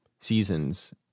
seasons